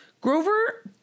Grover